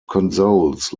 consoles